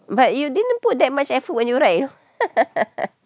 but you didn't put that much effort when you were write